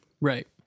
Right